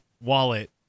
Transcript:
wallet